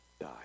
die